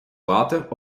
water